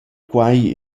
quai